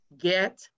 get